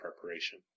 preparation